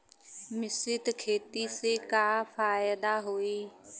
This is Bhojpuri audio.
मिश्रित खेती से का फायदा होई?